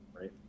right